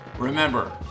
Remember